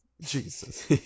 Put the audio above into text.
Jesus